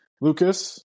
Lucas